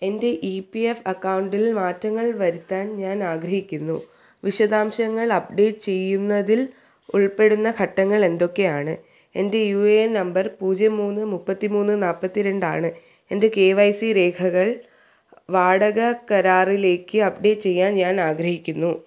എൻ്റെ E P F അക്കൗണ്ടിൽ മാറ്റങ്ങൾ വരുത്താൻ ഞാൻ ആഗ്രഹിക്കുന്നു വിശദാംശങ്ങൾ അപ്ഡേറ്റ് ചെയ്യുന്നതിൽ ഉൾപ്പെടുന്ന ഘട്ടങ്ങൾ എന്തൊക്കെയാണ് എൻ്റെ യു എ എൻ നമ്പർ പൂജ്യം മൂന്ന് മുപ്പത്തി മൂന്ന് നാൽപ്പത്തി രണ്ട് ആണ് എൻ്റെ കെ വൈ സി രേഖകൾ വാടക കരാറിലേക്ക് അപ്ഡേറ്റ് ചെയ്യാൻ ഞാൻ ആഗ്രഹിക്കുന്നു